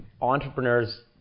entrepreneurs